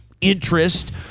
interest